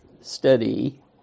study